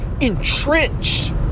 entrenched